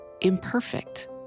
imperfect